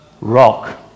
rock